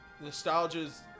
nostalgia's